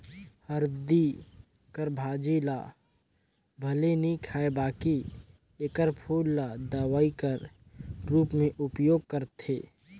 हरदी कर भाजी ल भले नी खांए बकि एकर फूल ल दवई कर रूप में उपयोग करथे